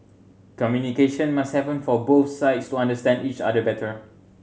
communication must happen for both sides to understand each other better